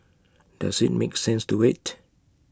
does IT make sense to wait